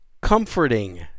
comforting